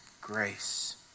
grace